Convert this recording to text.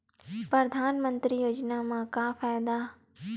परधानमंतरी योजना म का फायदा?